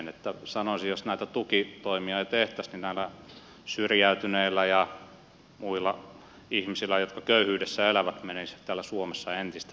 sanoisin että jos näitä tukitoimia ei tehtäisi niin näillä syrjäytyneillä ja muilla ihmisillä jotka köyhyydessä elävät menisi täällä suomessa entistä heikommin